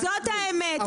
זאת האמת,